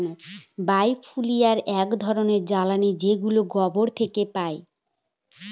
বায় fuel এক ধরনের জ্বালানী যেগুলো গোবর থেকে পাই